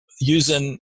using